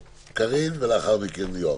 קארין, ולאחר מכן יואב.